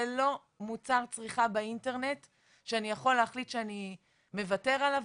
זה לא מוצר צריכה באינטרנט שאני יכול להחליט שאני מוותר עליו,